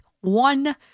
one